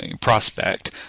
prospect